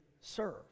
serve